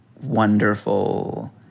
wonderful